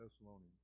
Thessalonians